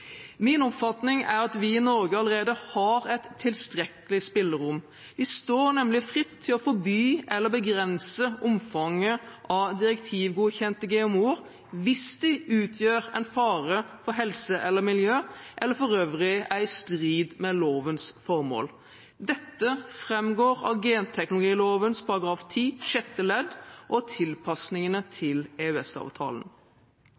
Min oppfatning er at vi i Norge allerede har et tilstrekkelig spillerom. Vi står nemlig fritt til å forby eller begrense omfanget av direktivgodkjente GMO-er hvis de utgjør en fare for helse eller miljø, eller for øvrig er i strid med lovens formål. Dette framgår av genteknologiloven § 10 sjette ledd og tilpasningene til